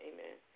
Amen